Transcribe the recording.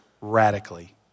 radically